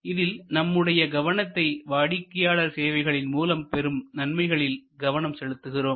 இதில் நம்முடைய கவனத்தை வாடிக்கையாளர் சேவைகளின் மூலம் பெறும் நன்மைகளில் கவனம் செலுத்துகிறோம்